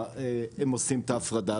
את ההפרדה.